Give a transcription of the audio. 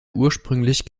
ursprünglich